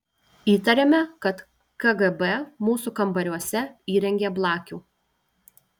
įtarėme kad kgb mūsų kambariuose įrengė blakių